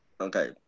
Okay